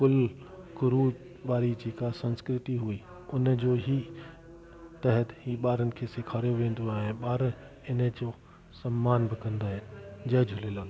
पुल कुरु वारी जेका संस्कृति हुई उन जो ही तहत ई ॿारनि खे सिखारियो वेंदो आहे ॿार हिन जो सम्मान बि कंदा आहिनि जय झूलेलाल